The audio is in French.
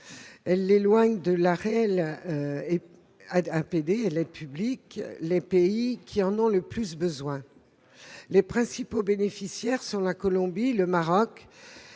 elle éloigne de la réelle APD les pays qui en ont le plus besoin. Les principaux bénéficiaires sont la Colombie, le Maroc,